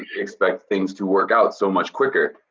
expect things to work out so much quicker,